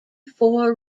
four